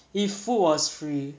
if food was free